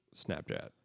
Snapchat